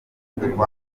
umuvuduko